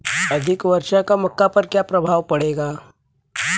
अधिक वर्षा का मक्का पर क्या प्रभाव पड़ेगा?